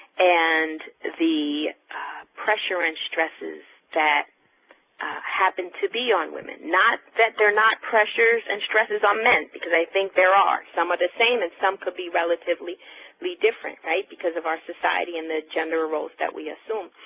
and the pressure and stresses that happen to be on women, not that they're not pressures and stresses on men, because i think there are. some are the same and some could be relatively different, right, because of our society and the gender roles that we assume.